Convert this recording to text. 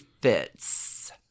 fits